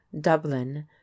Dublin